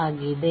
ಆಗಿದೆ